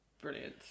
Brilliant